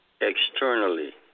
externally